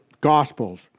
Gospels